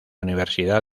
universidad